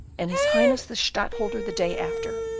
and his highness the stadtholder the day after.